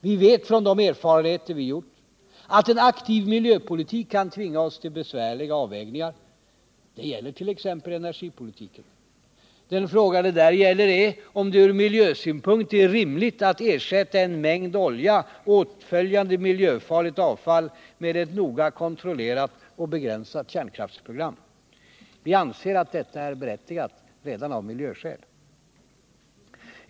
Vi vet, från de erfarenheter vi gjort, att en aktiv miljöpolitik kan tvinga oss till besvärliga avvägningar. Det gäller t.ex. energipolitiken. Den fråga det där gäller är om det ur miljösynpunkt är rimligt att ersätta en mängd olja och åtföljande miljöfarligt avfall med ett noga kontrollerat och begränsat kärnkraftsprogram. Vi menar att detta är berättigat, redan av miljöskäl.